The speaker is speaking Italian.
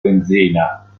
benzina